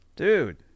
Dude